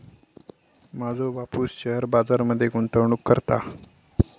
माझो बापूस शेअर बाजार मध्ये गुंतवणूक करता